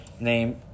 Name